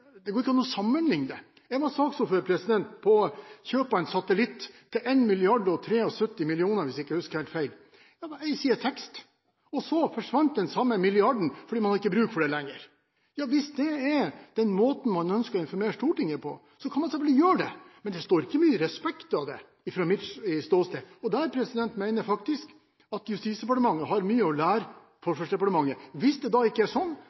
Det går ikke an å sammenligne det. Jeg var saksordfører for en sak om kjøp av en satellitt til 1 073 000 kr, hvis jeg ikke husker helt feil. Det var én side tekst – og så forsvant den samme milliarden fordi man ikke hadde bruk for satellitten lenger. Hvis det er den måten man ønsker å informere Stortinget på, kan man selvfølgelig gjøre det. Men det står ikke mye respekt av det – fra mitt ståsted. Der mener jeg faktisk at Justisdepartementet har mye å lære Forsvarsdepartementet – hvis det da ikke er sånn